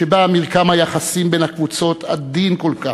שבה מרקם היחסים בין הקבוצות עדין כל כך,